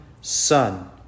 Son